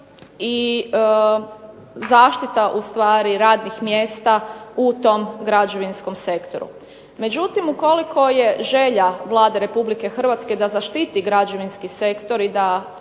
i zaštita ustvari radnih mjesta u tom građevinskom sektoru. Međutim ukoliko je želja Vlade Republike Hrvatske da zaštiti građevinski sektor i da